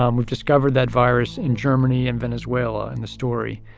um we've discovered that virus in germany and venezuela in the story.